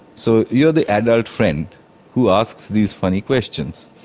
so you are the adult friend who asks these funny questions,